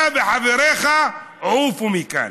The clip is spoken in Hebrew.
אתה וחבריך עופו מכאן.